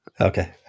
Okay